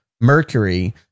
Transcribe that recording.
Mercury